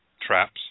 traps